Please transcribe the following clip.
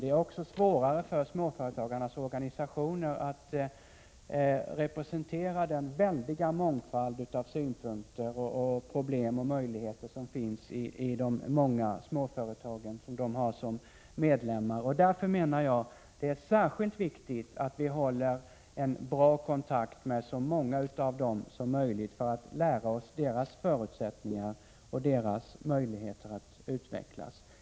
Det är också svårare för småföretagarnas organisationer att representera den väldiga mångfald av synpunkter och problem och möjligheter som finns i de många små företag som de har som medlemmar. Därför menar jag att det är särskilt viktigt att vi håller bra kontakt med så många av dem som möjligt för att lära oss deras förutsättningar och deras möjligheter att utvecklas.